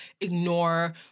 ignore